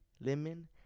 Lemon